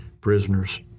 prisoners